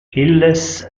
illes